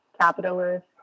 capitalist